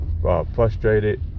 frustrated